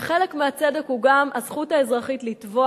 וחלק מהצדק הוא גם הזכות האזרחית לתבוע